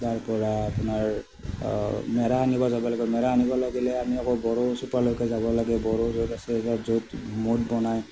তাৰপৰা তোমাৰ নেৰা আনিব যাব লাগিব নেৰা আনিব লাগিলে আমি আকৌ বড়ো চোতাললৈকে যাব লাগে বড়োৰ য'ত আছে য'ত মদ বনায়